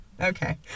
okay